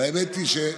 והאמת היא,